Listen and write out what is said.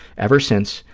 ever since,